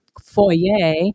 foyer